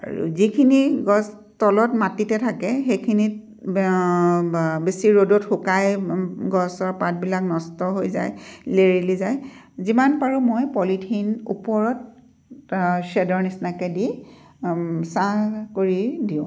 আৰু যিখিনি গছ তলত মাটিতে থাকে সেইখিনিত বেছি ৰ'দত শুকাই গছৰ পাতবিলাক নষ্ট হৈ যায় লেৰেলী যায় যিমান পাৰোঁ মই পলিথিন ওপৰত শ্বে'দৰ নিচিনাকৈ দি ছাঁ কৰি দিওঁ